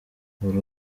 uri